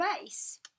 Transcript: race